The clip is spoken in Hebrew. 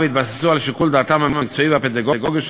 והתבססו על שיקול דעתם המקצועי והפדגוגי של